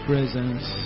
Presence